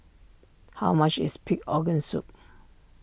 how much is Pig Organ Soup